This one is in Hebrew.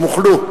הם הוחלו.